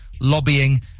lobbying